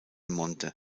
monte